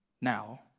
Now